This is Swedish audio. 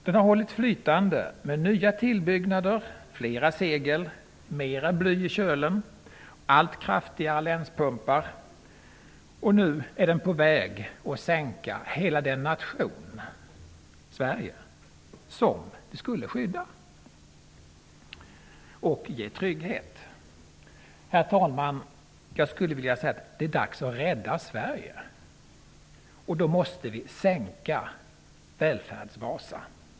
Den har hållits flytande med nya tillbyggnader, flera segel, mera bly i kölen, allt kraftigare länspumpar, och nu är den på väg att sänka hela den nation, Sverige, som den skulle skydda och ge trygghet. Herr talman! Jag skulle vilja säga: Det är dags att rädda Sverige, och då måste vi sänka välfärds-Vasa!